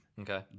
Okay